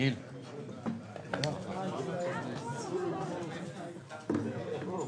הישיבה ננעלה בשעה 13:35.